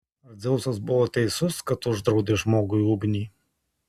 ar dzeusas buvo teisus kad uždraudė žmogui ugnį